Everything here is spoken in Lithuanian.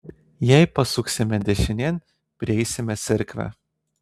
jei pasuksime dešinėn prieisime cerkvę